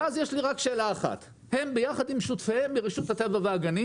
יש לי רק שאלה אחת: הם ביחד עם שותפיהם ברשות הטבע והגנים